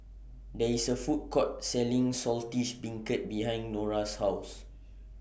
There IS A Food Court Selling Saltish Beancurd behind Norah's House